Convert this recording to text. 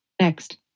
Next